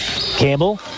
Campbell